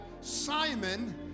Simon